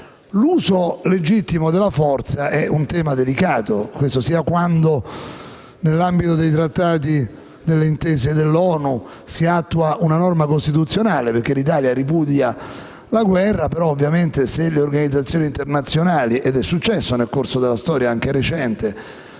L'uso legittimo della forza è un tema delicato, sia nell'ambito dei trattati che delle intese dell'ONU. Si attua una norma costituzionale. L'Italia ripudia la guerra, ma ovviamente, se le organizzazioni internazionali - ed è successo nel corso della storia, anche recente